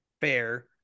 Fair